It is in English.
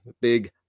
Big